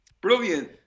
Brilliant